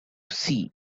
see